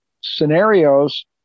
scenarios